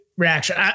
Reaction